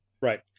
right